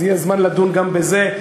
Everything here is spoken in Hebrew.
יהיה זמן לדון גם בזה.